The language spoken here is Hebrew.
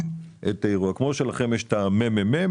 כמו שלכם יש את המ.מ.מ,